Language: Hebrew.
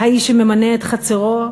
האיש שממנה את חצרו,